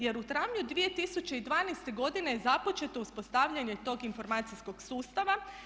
Jer u travnju 2012. godine je započeto uspostavljanje tog informacijskog sustava.